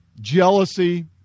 jealousy